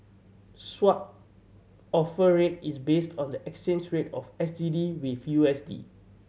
Swap Offer Rate is based on the exchange rate of S G D with U S D